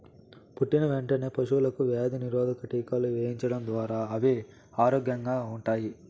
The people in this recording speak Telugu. పుట్టిన వెంటనే పశువులకు వ్యాధి నిరోధక టీకాలు వేయించడం ద్వారా అవి ఆరోగ్యంగా ఉంటాయి